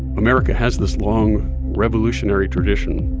america has this long revolutionary tradition,